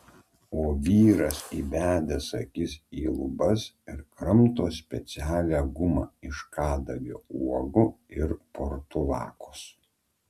o vyras įbedęs akis į lubas ir kramto specialią gumą iš kadagio uogų ir portulakos